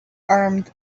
armed